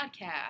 podcast